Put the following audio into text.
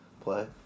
play